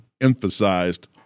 emphasized